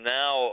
now